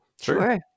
Sure